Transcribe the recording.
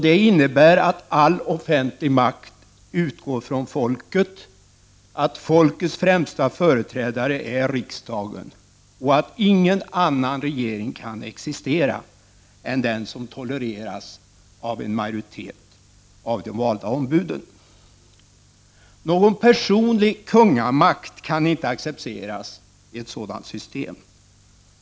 Det innebär att all offentlig makt utgår från folket, att folkets främsta företrädare är riksdagen och att ingen annan regering kan existera än den som tolereras av en majoritet av de valda ombuden. Någon personlig kungamakt kan inte accepteras i ett sådant system.